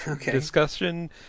discussion